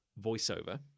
voiceover